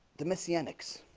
the messianics